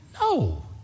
No